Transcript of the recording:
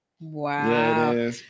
Wow